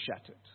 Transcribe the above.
shattered